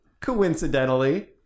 coincidentally